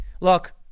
Look